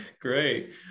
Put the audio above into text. Great